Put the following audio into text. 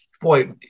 Boy